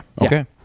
okay